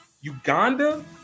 Uganda